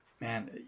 man